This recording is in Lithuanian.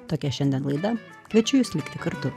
tokia šiandien laida kviečiu jus likti kartu